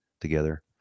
together